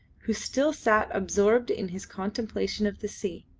who still sat absorbed in his contemplation of the sea.